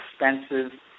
expensive